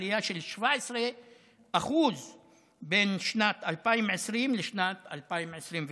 עלייה של 17% בין שנת 2020 לשנת 2021,